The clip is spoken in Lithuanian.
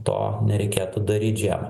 to nereikėtų daryt žiemą